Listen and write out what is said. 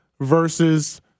versus